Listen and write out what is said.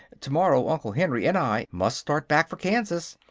tomorrow uncle henry and i must start back for kansas.